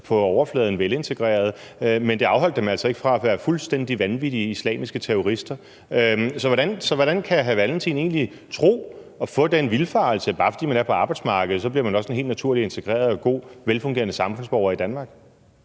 på overfladen velintegrerede, men det afholdt dem altså ikke fra at være fuldstændig vanvittige islamiske terrorister. Så hvordan kan hr. Carl Valentin egentlig tro og få den vildfarelse, at bare fordi man er på arbejdsmarkedet, bliver man også helt naturligt en integreret, god og velfungerende samfundsborger i Danmark?